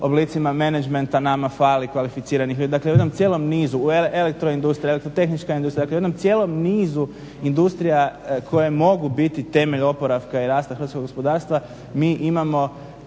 oblicima menadžmenta nama fali kvalificiranih ljudi, dakle u jednom cijelu nizu. Elektro industrija, elektrotehnička industrija, dakle u jednom cijelom nizu industrija koje mogu biti temelj oporavka i rasta hrvatskog gospodarstva. Mi imamo,